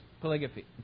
polygamy